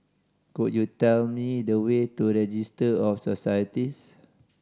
could you tell me the way to of Societies